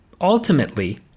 Ultimately